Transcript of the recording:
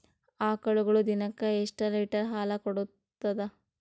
ಆಕಳುಗೊಳು ದಿನಕ್ಕ ಎಷ್ಟ ಲೀಟರ್ ಹಾಲ ಕುಡತಾವ?